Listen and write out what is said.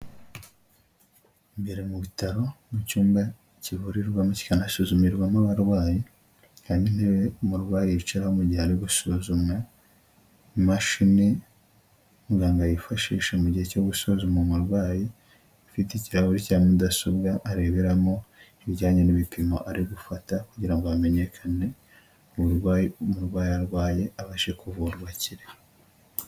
Imbere mu bitaro, mu cyumba kivurirwamo kikanasuzumirwamo abarwayi, harimo intebe umurwayi yicaraho mu gihe ari gusuzumwa, imashini muganga yifashisha mu gihe cyo gusuzuma umurwayi, afite ikirahuri cya mudasobwa areberamo ibijyanye n'ibipimo ari gufata kugira ngo hamenyekane, uburwayi umurwayi arwaye abashe kuvurwa akire.